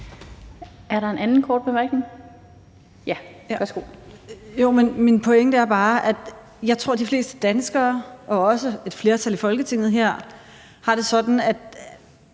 Er der en anden kort bemærkning? Ja, værsgo. Kl. 13:52 Pernille Vermund (NB): Jamen min pointe er bare, at jeg tror, at de fleste danskere, og også et flertal i Folketinget her, har det sådan, at